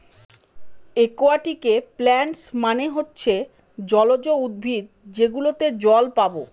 একুয়াটিকে প্লান্টস মানে হচ্ছে জলজ উদ্ভিদ যেগুলোতে জল পাবো